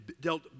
dealt